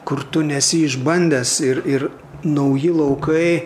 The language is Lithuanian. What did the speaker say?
kur tu nesi išbandęs ir ir nauji laukai